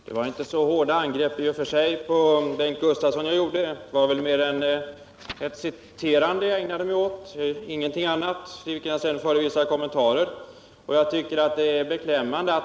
Herr talman! Det var i och för sig inte så hårda angrepp som jag riktade mot Bengt Gustavsson. Jag ägnade mig mest åt att citera och gjorde vissa kommentarer till det.